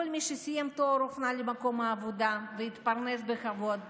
כל מי שסיים תואר הופנה למקום עבודה והתפרנס בכבוד.